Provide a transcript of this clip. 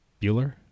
Bueller